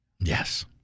Yes